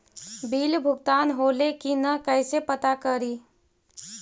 Bill भुगतान होले की न कैसे पता करी?